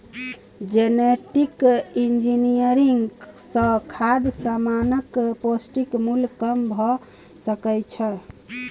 genetic engineering सँ खाद्य समानक पौष्टिक मुल्य कम भ सकै छै